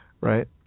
Right